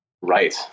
right